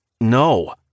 No